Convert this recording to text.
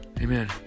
Amen